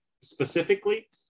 specifically